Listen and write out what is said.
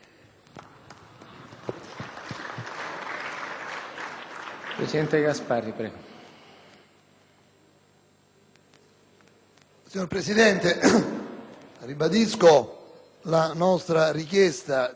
Signor Presidente, ribadisco la nostra richiesta di sospensiva,